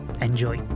Enjoy